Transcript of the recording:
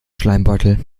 schleimbeutel